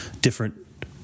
different